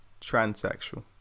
transsexual